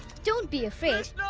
don't be afraid.